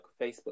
Facebook